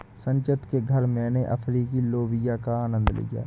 संचित के घर मैने अफ्रीकी लोबिया का आनंद लिया